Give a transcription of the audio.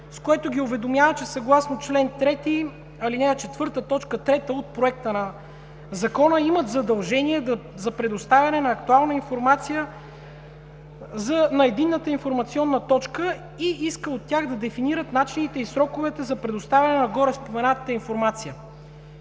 с което ги уведомява, че съгласно чл. 3, ал. 4, т. 3 от Законопроекта има задължение за предоставяне на актуална информация на Единна информационна точка и иска от тях да дефинират начините и сроковете за предоставяне на гореспоменатата информация.